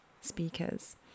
speakers